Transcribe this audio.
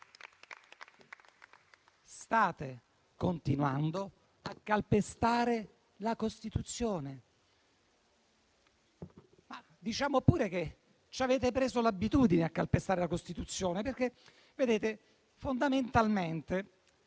State continuando a calpestare la Costituzione. Diciamo pure che ci avete preso l'abitudine a calpestare la Costituzione perché, fondamentalmente,